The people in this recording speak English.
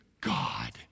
God